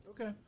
Okay